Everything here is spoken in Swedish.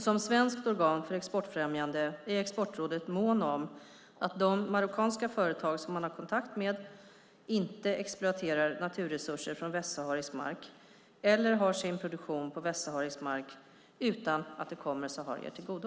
Som svenskt organ för exportfrämjande är Exportrådet mån om att de marockanska företag som man har kontakt med inte exploaterar naturresurser från västsaharisk mark eller har sin produktion på västsaharisk mark utan att det kommer saharier till godo.